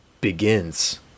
begins